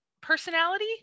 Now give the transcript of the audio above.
personality